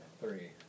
Three